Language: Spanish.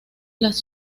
las